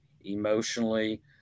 emotionally